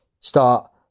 Start